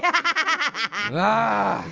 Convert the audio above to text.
yeah ah!